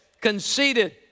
conceited